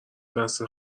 دست